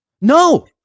No